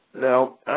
Now